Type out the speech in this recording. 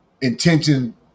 intention